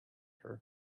her